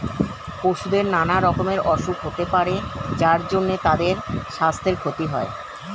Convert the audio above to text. পশুদের নানা রকমের অসুখ হতে পারে যার জন্যে তাদের সাস্থের ক্ষতি হয়